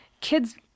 kids